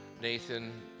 Nathan